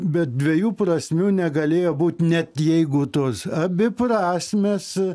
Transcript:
bet dviejų prasmių negalėjo būt net jeigu tos abi prasmės